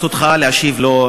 זכותך להשיב לו,